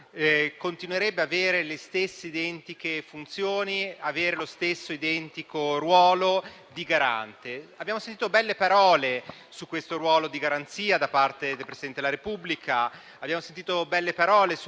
continuerebbe ad avere le stesse identiche funzioni e lo stesso identico ruolo di garante. Abbiamo sentito belle parole su questo ruolo di garanzia da parte del Presidente della Repubblica, abbiamo sentito belle parole su